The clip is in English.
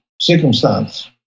circumstance